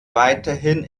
weiterhin